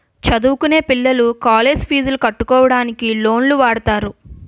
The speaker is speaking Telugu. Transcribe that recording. చదువుకొనే పిల్లలు కాలేజ్ పీజులు కట్టుకోవడానికి లోన్లు వాడుతారు